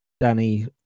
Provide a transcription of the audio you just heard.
Danny